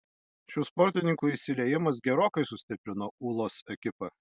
šių sportininkų įsiliejimas gerokai sustiprino ūlos ekipą